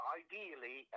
ideally